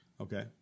Okay